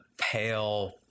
pale